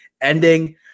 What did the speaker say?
Ending